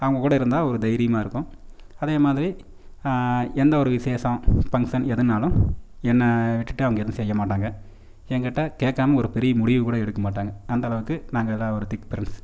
அவங்க கூட இருந்தால் ஒரு தைரியமாக இருக்கும் அதேமாதிரி எந்தவொரு விசேஷம் ஃபங்க்ஷன் எதுவானாலும் என்னை விட்டுட்டு அவங்க எதுவும் செய்ய மாட்டாங்க என்கிட்ட கேட்காம ஒரு பெரிய முடிவு கூட எடுக்க மாட்டாங்க அந்தளவுக்கு நாங்கள்லாம் ஒரு திக் ஃப்ரெண்ட்ஸ்